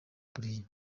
kuriya